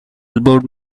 elbowed